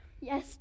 Yes